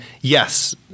yes